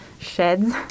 sheds